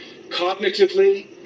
cognitively